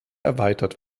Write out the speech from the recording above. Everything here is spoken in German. erweitert